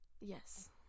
Yes